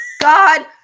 god